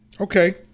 Okay